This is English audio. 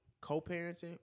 co-parenting